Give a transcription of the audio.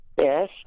Yes